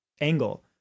angle